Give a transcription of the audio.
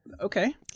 Okay